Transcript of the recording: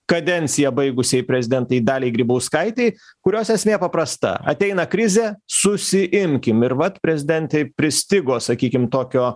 kadenciją baigusiai prezidentei daliai grybauskaitei kurios esmė paprasta ateina krizė susiimkim ir vat prezidentei pristigo sakykim tokio